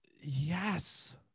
Yes